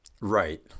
Right